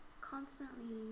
constantly